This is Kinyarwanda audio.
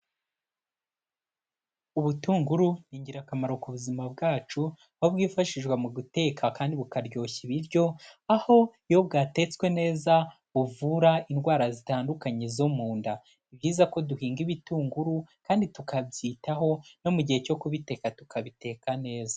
Ubutunguru ni ingirakamaro ku buzima bwacu aho bwifashishwa mu guteka kandi bukaryoshya ibiryo, aho iyo bwatetswe neza buvura indwara zitandukanye zo mu nda. Ni byiza ko duhinga ibitunguru kandi tukabyitaho, no mu gihe cyo kubiteka tukabiteka neza.